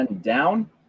down